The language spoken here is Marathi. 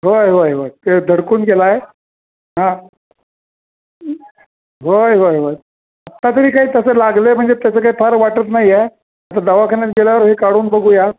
होय होय होय ते धडकून गेला आहे हा होय होय होय आता तरी काही तसं लागलं आहे म्हणजे त्याचं काही फार वाटत नाही आहे आता दवाखान्यात गेल्यावर हे काढून बघूया